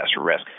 risk